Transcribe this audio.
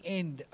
end